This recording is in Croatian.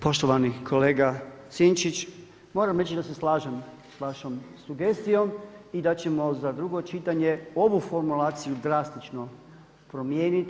Poštovani kolega Sinčić, moram reći da se slažem sa vašom sugestijom i da ćemo za drugo čitanje ovu formulaciju drastično promijeniti.